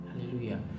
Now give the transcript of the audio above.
hallelujah